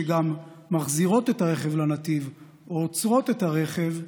שגם מחזירות את הרכב לנתיב או עוצרות את הרכב,